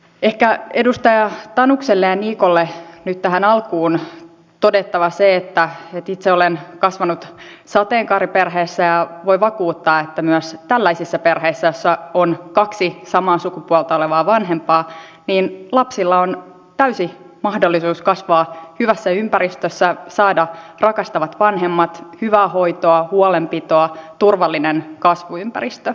ehkä edustaja tanukselle ja niikolle nyt tähän alkuun on todettava se että itse olen kasvanut sateenkaariperheessä ja voin vakuuttaa että myös tällaisissa perheissä joissa on kaksi samaa sukupuolta olevaa vanhempaa lapsilla on täysi mahdollisuus kasvaa hyvässä ympäristössä saada rakastavat vanhemmat hyvää hoitoa huolenpitoa turvallinen kasvuympäristö